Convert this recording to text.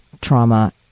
trauma